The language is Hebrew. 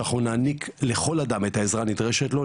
שאנחנו נעניק לכל אדם את העזרה הנדרשת לו,